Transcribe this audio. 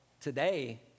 today